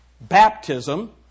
baptism